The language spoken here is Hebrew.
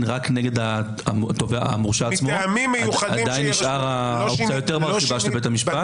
רק נגד המורשע עצמו עדיין נשארת האופציה המרחיבה יותר של בית המשפט?